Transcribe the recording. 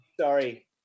Sorry